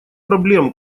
проблем